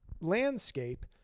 landscape